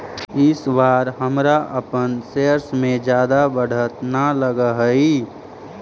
इस बार हमरा अपन शेयर्स में जादा बढ़त न लगअ हई